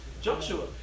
Joshua